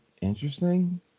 interesting